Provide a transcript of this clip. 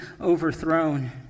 overthrown